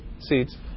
seats